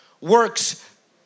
works